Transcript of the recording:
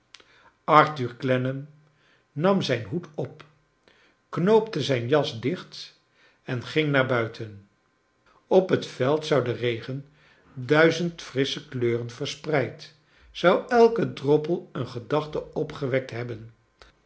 arthur clennam nam zijn hoed op knoopte zijn jas dicht en ging naar buiten op het veld zou de regen duizend frissche geuren verspreid zou elke droppel een gedachte opgewekt hebben